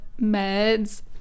meds